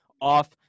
off